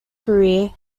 career